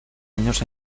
años